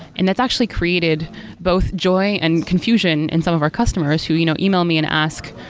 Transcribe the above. and that's actually created both joy and confusion in some of our customers who you know e-mail me and ask,